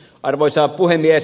arvoisa puhemies